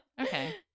Okay